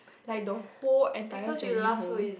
like the whole entire journey home